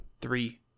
Three